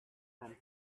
from